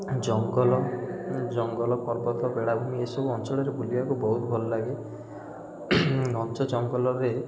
ଜଙ୍ଗଲ ଜଙ୍ଗଲ ପର୍ବତ ବେଳାଭୂମି ଏସବୁ ଅଞ୍ଚଳରେ ବୁଲିବାକୁ ବହୁତ ଭଲ ଲାଗେ ଘଞ୍ଚଜଙ୍ଗଲରେ